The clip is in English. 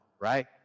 right